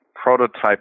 prototype